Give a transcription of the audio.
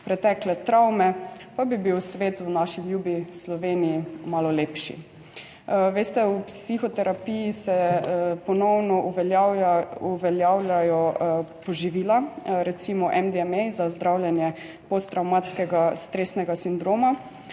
pretekle travme, pa bi bil svet v naši ljubi Sloveniji malo lepši. Veste, v psihoterapiji se ponovno uveljavljajo poživila, recimo MDMA za zdravljenje posttravmatskega stresnega sindroma,